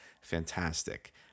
fantastic